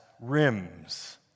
rims